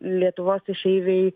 lietuvos išeiviai